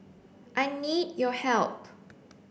I need your help